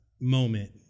moment